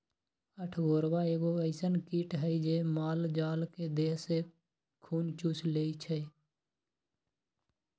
अठगोरबा एगो अइसन किट हइ जे माल जाल के देह से खुन चुस लेइ छइ